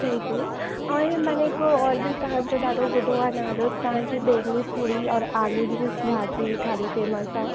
जी जी ऐं इहो माने हिकु और बि तव्हांजो ॾाढो ॿुधो आहे नालो तव्हांजो बेदमी पूरी और आलुनि जी भाॼी डाढी फ़ेमस आहे